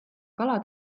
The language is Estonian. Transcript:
kala